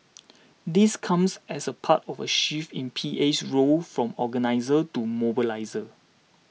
this comes as a part of a shift in PA's role from organiser to mobiliser